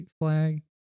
flag